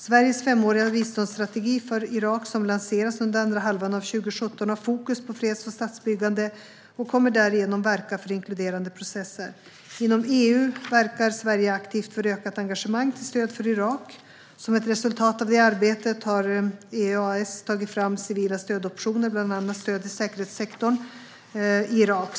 Sveriges femåriga biståndsstrategi för Irak, som lanseras under andra halvan av 2017, har fokus på freds och statsbyggande och kommer därigenom att verka för inkluderande processer. Inom EU verkar Sverige aktivt för ökat engagemang till stöd för Irak. Som ett resultat av det arbetet har EEAS tagit fram civila stödoptioner, bland annat stöd till säkerhetssektorn i Irak.